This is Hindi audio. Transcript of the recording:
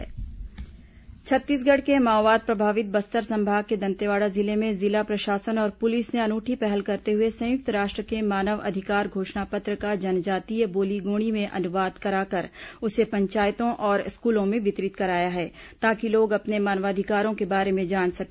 मानवाधिकार गोण्डी अनुवाद छत्तीसगढ़ के माओवाद प्रभावित बस्तर संभाग के दंतेवाड़ा जिले में जिला प्रशासन और पुलिस ने अनूठी पहल करते हुए संयुक्त राष्ट्र के मानव अधिकार घोषणा पत्र का जनजातीय बोली गोण्डी में अनुवाद कराकर उसे पंचायतों और स्कूलों में वितरित कराया है ताकि लोग अपने माववाधिकारों के बारे में जान सके